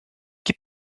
gib